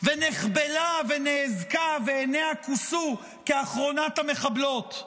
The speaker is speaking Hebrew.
ונחבלה ונאזקה ועיניה כוסו כאחרונת המחבלות?